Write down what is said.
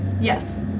Yes